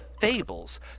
fables